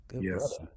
Yes